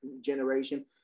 generation